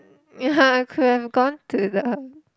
ya I could have gone to the